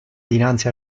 dinanzi